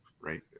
right